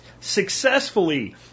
successfully